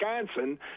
Wisconsin